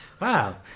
Wow